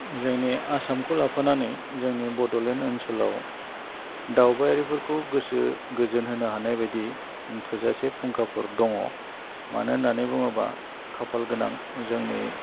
जोंनि आसामखौ लाफानानै जोंनि बड'लेण्ड ओन्सोलाव दावबायारिफोरखौ गोसो गोजोन होनो हानाय बायदि थोजासे फुंकाफोर दङ मानो होननानै बुङोबा खाफाल गोनां जोंनि